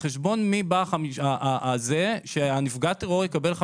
על חשבון מי באים ה-50 האחוזים שיקבל נפגע הטרור?